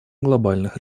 глобальных